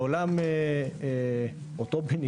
בעולם אוטופי,